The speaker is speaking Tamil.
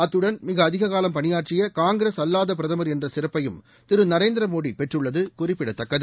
அத்துடன் மிக அதிக காலம் பணியாற்றிய காங்கிரஸ் அல்வாத பிரதமர் என்ற சிறப்பையும் திரு நரேந்திர மோடி பெற்றுள்ளது குறிப்பிடத்தக்கது